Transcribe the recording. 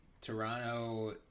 Toronto